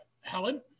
Helen